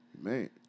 Man